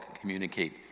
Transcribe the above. communicate